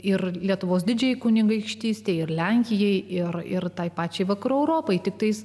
ir lietuvos didžiajai kunigaikštystei ir lenkijai ir ir tai pačiai vakarų europai tiktais